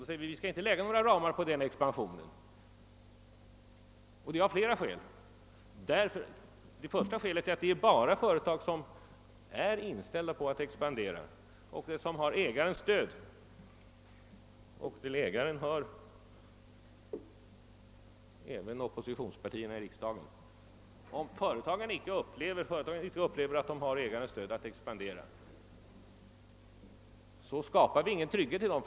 Vi svarar: Vi skall inte lägga några ramar på denna expansion, och det av flera skäl. Det första skälet är att det bara är företag som är inställda på att expandera och som har ägarens stöd för det — och till ägaren hör även oppositionspartierna i riksdagen — som verkligen kan göra det. Om företagen inte känner att de har ägarens stöd att expandera skapas ingen trygghet där.